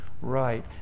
right